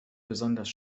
besonders